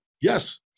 yes